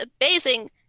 amazing